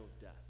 death